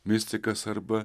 mistikas arba